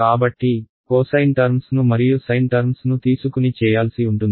కాబట్టి cosine terms ను మరియు సైన్ టర్మ్స్ ను తీసుకుని చేయాల్సి ఉంటుంది